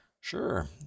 Sure